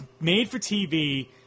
made-for-TV